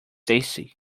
tasty